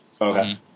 Okay